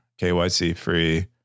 KYC-free